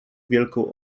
wielką